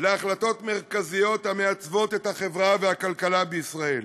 להחלטות מרכזיות המעצבות את החברה והכלכלה בישראל.